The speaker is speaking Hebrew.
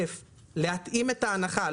דבר ראשון להתאים את ההנחה.